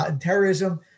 terrorism